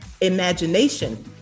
imagination